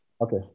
Okay